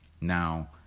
Now